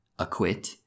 Acquit